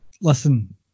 Listen